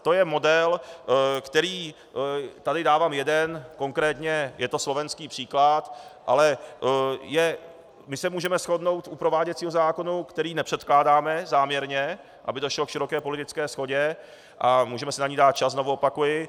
To je model, který tady dávám jeden, konkrétně je to slovenský příklad, ale my se můžeme shodnout u prováděcího zákona, který nepředkládáme záměrně, aby došlo k široké politické shodě, a můžeme si na něj dát čas, znovu opakuji.